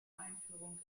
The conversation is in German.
einführung